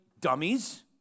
dummies